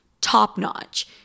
top-notch